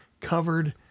covered